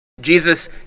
Jesus